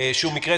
שום מקרה.